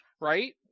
Right